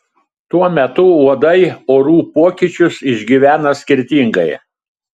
tuo metu uodai orų pokyčius išgyvena skirtingai